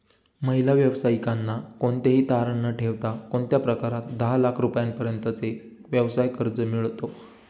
महिला व्यावसायिकांना कोणतेही तारण न ठेवता कोणत्या प्रकारात दहा लाख रुपयांपर्यंतचे व्यवसाय कर्ज मिळतो?